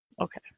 Okay